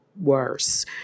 worse